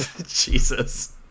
Jesus